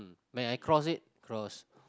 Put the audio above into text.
may I cross it cross